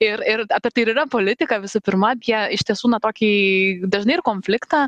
ir ir tai ir yra politika visų pirma apie iš tiesų na tokį dažnai ir konfliktą